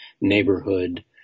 neighborhood